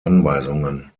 anweisungen